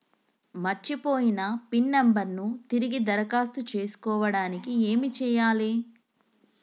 మర్చిపోయిన pin number ను తిరిగి దరఖాస్తు చేసుకోవడానికి ఏమి చేయాలే?